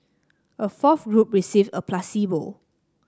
a fourth group received a placebo